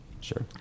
Sure